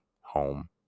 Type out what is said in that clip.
home